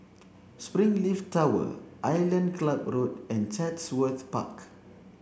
Springleaf Tower Island Club Road and Chatsworth Park